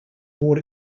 broad